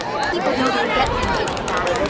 people don't forget things like that.